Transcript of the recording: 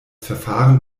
verfahren